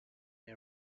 got